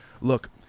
look